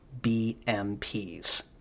BMPs